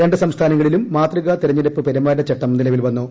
രണ്ട് സംസ്ഥാനങ്ങളിലും മാതൃകാ തെരഞ്ഞെടുപ്പ് പെരുമാറ്റച്ചട്ടം നിലവിൽ വന്നു